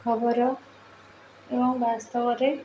ଖବର ଏବଂ ବାସ୍ତବରେ